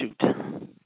shoot